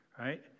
right